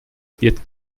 wird